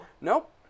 Nope